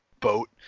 boat